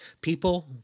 people